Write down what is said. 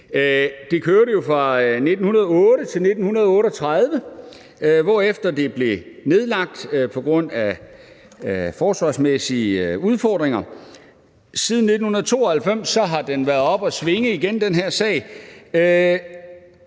Det kørte jo fra 1908 til 1938, hvorefter det blev nedlagt på grund af forsvarsmæssige udfordringer. Siden 1992 har den her sag været oppe at svinge igen, og det, jeg